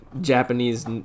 japanese